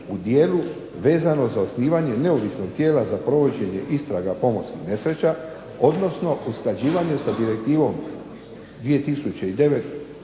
u dijelu vezano za osnivanje neovisnog tijela za provođenje istraga pomorskih nesreća, odnosno usklađivanje sa Direktivom 2009/18